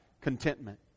contentment